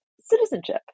citizenship